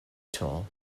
tall